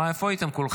מה, איפה הייתם כולכם?